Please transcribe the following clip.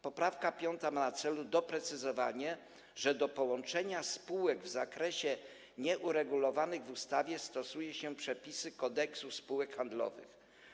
Poprawka piąta ma na celu doprecyzowanie, że do połączenia spółek w zakresie nieuregulowanym w ustawie stosuje się przepisy Kodeksu spółek handlowych.